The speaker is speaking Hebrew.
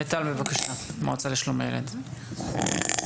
מיטל, המועצה לשלום הילד, בבקשה.